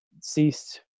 ceased